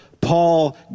Paul